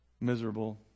miserable